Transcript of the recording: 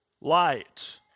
light